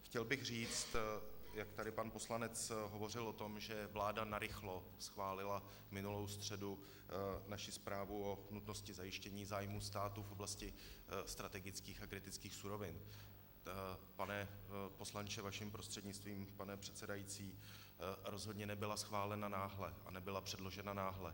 Chtěl bych říct, jak tady pan poslanec hovořil o tom, že vláda narychlo schválila minulou středu naši zprávu o nutnosti zajištění zájmů státu v oblasti strategických a kritických surovin pane poslanče, vaším prostřednictvím, pane předsedající, rozhodně nebyla schválena náhle, nebyla předložena náhle.